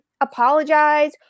apologize